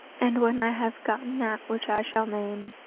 and when i have gotten that which i shall name,